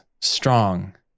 strong